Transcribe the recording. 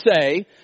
say